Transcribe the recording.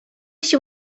sił